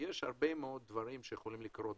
יש הרבה דברים שיכולים לקרות.